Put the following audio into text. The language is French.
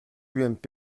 ump